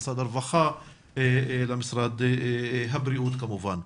משרד הרווחה ומשרד הבריאות כמובן.